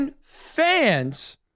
fans